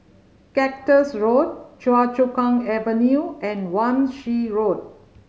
Cactus Road Choa Chu Kang Avenue and Wan Shih Road